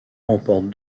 remporte